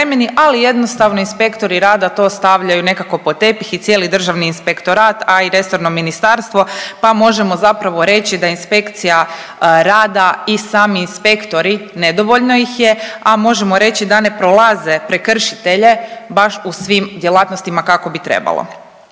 ali jednostavno inspektori rada to stavljaju nekako pod tepih i cijeli državni inspektorat, a i resorno ministarstvo, pa možemo zapravo reći da inspekcija rada i sami inspektori nedovoljno ih je, a možemo reći da ne prolaze prekršitelje baš u svim djelatnostima kako bi trebalo.